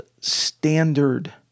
standard